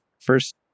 first